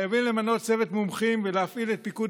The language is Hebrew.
חייבים למנות צוות מומחים ולהפעיל את פיקוד